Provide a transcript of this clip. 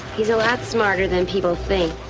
he's a lot smarter than people think.